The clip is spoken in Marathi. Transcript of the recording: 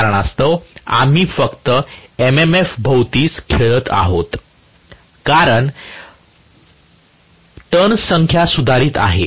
त्या कारणास्तव आम्ही फक्त MMF भोवतीच खेळत आहोत कारण टर्न्स संख्या सुधारत आहे